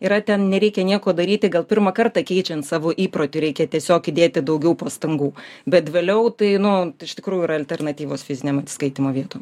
yra ten nereikia nieko daryti gal pirmą kartą keičiant savo įprotį reikia tiesiog įdėti daugiau pastangų bet vėliau tai nu iš tikrųjų yra alternatyvos fizinėm atsiskaitymo vietom